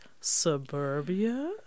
suburbia